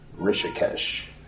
Rishikesh